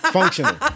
Functional